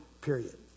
period